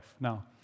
Now